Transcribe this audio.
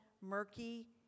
murky